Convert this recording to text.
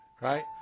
right